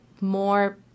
more